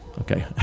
Okay